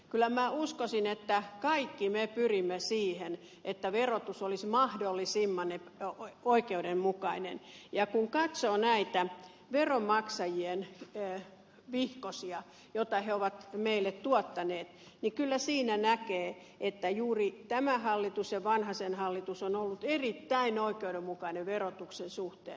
kyllä minä uskoisin että kaikki me pyrimme siihen että verotus olisi mahdollisimman oikeudenmukainen ja kun katsoo näitä veronmaksajien vihkosia joita he ovat meille tuottaneet niin kyllä siinä näkee että juuri tämä hallitus ja vanhasen hallitus ovat olleet erittäin oikeudenmukaisia verotuksen suhteen